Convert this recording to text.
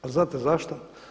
A znate zašto?